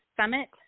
Summit